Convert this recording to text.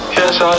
Yes